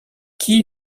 qui